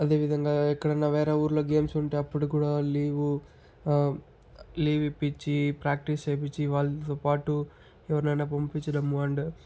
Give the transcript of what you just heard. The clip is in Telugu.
అదే విధంగా ఎక్కడన్నా వేరే ఊరులో గేమ్స్ ఉంటే అప్పుడు కూడా లీవు లీవు ఇప్పిచ్చి ప్రాక్టీస్ చేయించి వాళ్ళతో పాటు ఎవరైనా పంపించడము అండ్